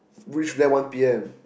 reach by one P_M